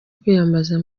kwiyambaza